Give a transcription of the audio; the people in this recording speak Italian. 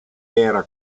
era